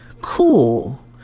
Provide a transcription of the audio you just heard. cool